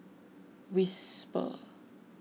Whisper